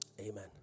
Amen